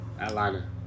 Atlanta